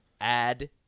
add